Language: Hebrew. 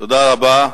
תודה רבה.